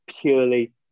purely